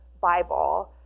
Bible